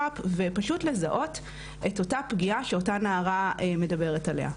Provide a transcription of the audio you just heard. ופשוט לזהות את אותה פגיעה שאותה נערה מדברת עליה.